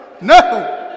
No